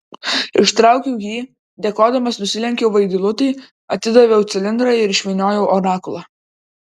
ištraukiau jį dėkodamas nusilenkiau vaidilutei atidaviau cilindrą ir išvyniojau orakulą